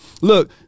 Look